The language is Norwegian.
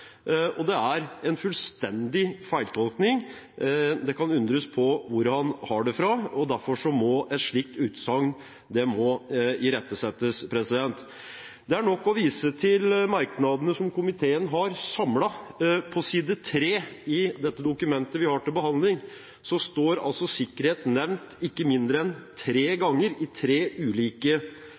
og det er en fullstendig feiltolkning. En kan undres på hvor han har det fra. Derfor må et slikt utsagn imøtegås. Det er nok å vise til merknadene fra en samlet komité. På side 3 i dokumentet vi har til behandling, står sikkerhet nevnt ikke mindre enn tre ganger i tre ulike